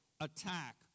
attack